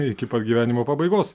iki pat gyvenimo pabaigos